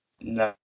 no